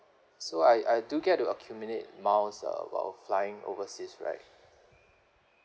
so I I do get to accumulate miles uh while flying overseas right